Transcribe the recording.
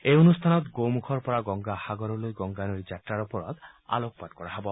এই অনুষ্ঠানত গো মূখৰ গংগা সাগৰলৈ গংগা নৈৰ যাত্ৰাৰ ওফৰত আলোক পাত কৰা হ'ব